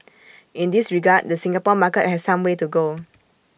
in this regard the Singapore market has some way to go